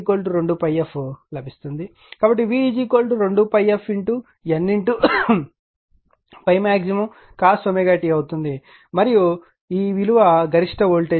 కాబట్టి v 2fN ∅max cos t అవుతుంది మరియు ఇది మరియు ఈ విలువ గరిష్ట వోల్టేజ్